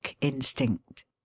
instinct